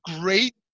great